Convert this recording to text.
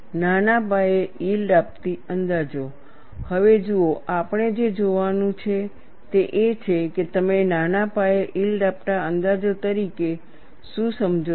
નાના પાયે યીલ્ડ આપતી અંદાજો હવે જુઓ આપણે જે જોવાનું છે તે એ છે કે તમે નાના પાયે યીલ્ડ આપતા અંદાજો તરીકે શું સમજો છો